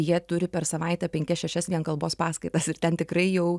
jie turi per savaitę penkias šešias kalbos paskaitas ir ten tikrai jau